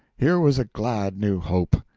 here was a glad new hope.